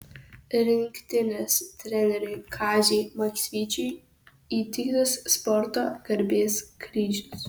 rinktinės treneriui kaziui maksvyčiui įteiktas sporto garbės kryžius